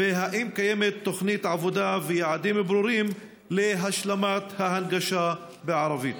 3. האם קיימים תוכנית עבודה ויעדים ברורים להשלמת ההנגשה בערבית?